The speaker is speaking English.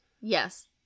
yes